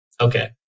Okay